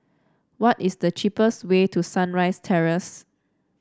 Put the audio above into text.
what is the cheapest way to Sunrise Terrace